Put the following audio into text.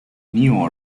new